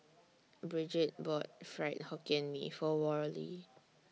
Brigid bought Fried Hokkien Mee For Worley